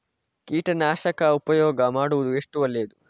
ಕೀಟನಾಶಕ ಉಪಯೋಗ ಮಾಡುವುದು ಎಷ್ಟು ಒಳ್ಳೆಯದು?